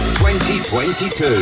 2022